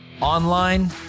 online